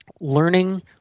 Learning